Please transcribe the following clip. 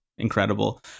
Incredible